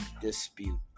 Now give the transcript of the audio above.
dispute